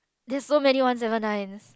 there's so many one seven nines